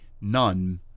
none